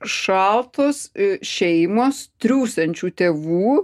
šaltos šeimos triūsiančių tėvų